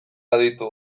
aditu